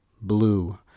blue